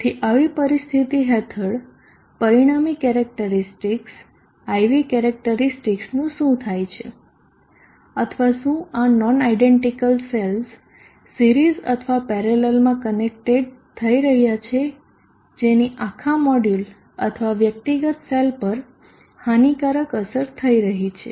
તેથી આવી સ્થિતિ હેઠળ પરિણામી કેરેક્ટરીસ્ટિકસ IV કેરેક્ટરીસ્ટિકસનું શું થાય છે અથવા શું આ નોન આયડેન્ટીકલ સેલ્સ સિરીઝ અથવા પેરેલલમાં કનેક્ટેડ થઈ રહ્યા છે જેની આખા મોડ્યુલ અથવા વ્યક્તિગત સેલ પર હાનિકારક અસર થઈ રહી છે